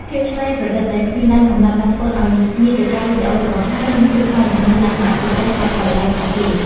ភាពច្នៃប្រឌិតដែលគ្មានដែនកំណត់បានធ្វើឱ្យមាតិកាវីដេអូរបស់ខ្មែរមានភាពប្លែក និងមានលក្ខណៈពិសេសដាច់ដោយឡែកពីគេ។